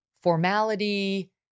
formality